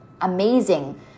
amazing